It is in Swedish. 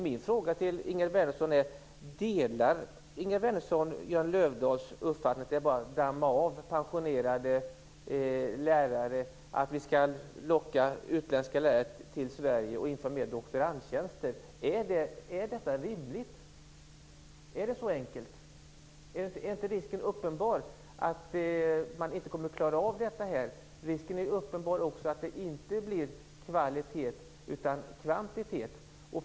Delar Ingegerd Wärnersson Jan Lövdahls uppfattning att det är bara att damma av pensionerade lärare, att vi skall locka utländska lärare till Sverige och införa fler doktorandtjänster? Är det rimligt? Är det så enkelt? Är inte risken uppenbar att man inte kommer att klara av detta? Risken är ju uppenbar att det inte blir kvalitet utan kvantitet.